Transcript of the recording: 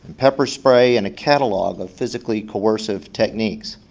pepper spray, and a catalog of physically coercive techniques.